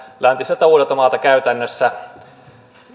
läntiseltä uudeltamaalta käytännössä